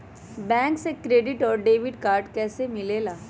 Bank से credit और debit card कैसी मिलेला?